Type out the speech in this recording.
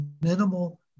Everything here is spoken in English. minimal